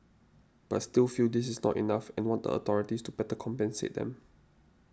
but still feel this is not enough and want a authorities to better compensate them